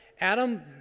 Adam